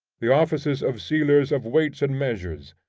the offices of sealers of weights and measures,